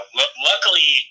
luckily